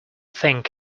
think